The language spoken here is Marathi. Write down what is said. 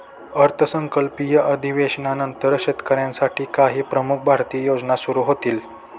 अर्थसंकल्पीय अधिवेशनानंतर शेतकऱ्यांसाठी काही प्रमुख भारतीय योजना सुरू होतील